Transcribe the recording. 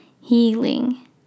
healing